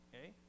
Okay